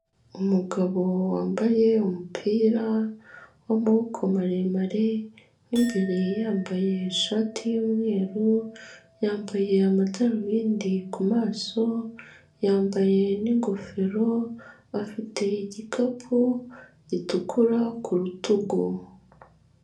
Umugabo wambaye umupira w'amaboko maremare mu imbere yambaye ishati y'umweru, yambaye amadarubindi ku maso yambaye n'ingofero afite igikapu gitukura ku rutugu.